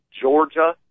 Georgia